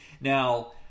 now